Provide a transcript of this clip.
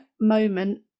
moment